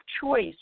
choice